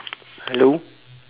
hello